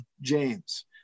James